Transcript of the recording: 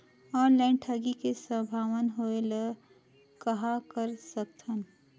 Online ठगी के संभावना होय ले कहां कर सकथन?